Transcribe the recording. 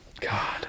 god